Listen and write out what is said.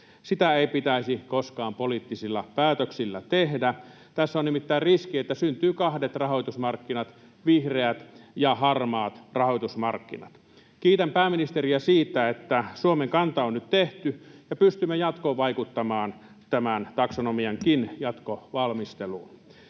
Sitä ei pitäisi koskaan poliittisilla päätöksillä tehdä. Tässä on nimittäin riski, että syntyy kahdet rahoitusmarkkinat, vihreät ja harmaat rahoitusmarkkinat. Kiitän pääministeriä siitä, että Suomen kanta on nyt tehty ja pystymme jatkossa vaikuttamaan tämän taksonomiankin jatkovalmisteluun.